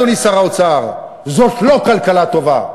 אדוני שר האוצר: זאת לא כלכלה טובה.